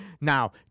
Now